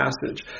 passage